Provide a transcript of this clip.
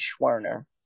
schwerner